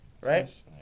Right